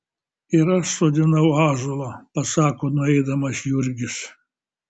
ir aš sodinau ąžuolą pasako nueidamas jurgis